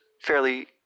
fairly